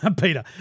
Peter